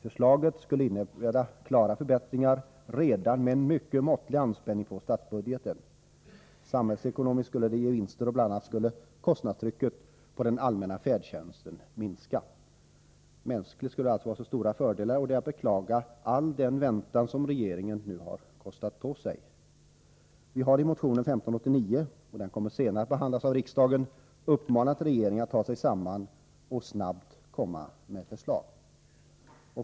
Förslaget skulle innebära klara förbättringar redan med en mycket måttlig anspänning på statsbudgeten. Samhällsekonomiskt skulle det ge vinster och bl.a. skulle kostnadstrycket på den allmänna färdtjänsten minska. Mänskligt skulle det alltså vara stora fördelar. All den väntan som regeringen här kostat på sig är att beklaga. Vi har i motionen nr 1589, vilken senare kommer att behandlas av riksdagen, uppmanat regeringen att ta sig samman och snabbt komma med ett förslag.